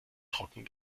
trocken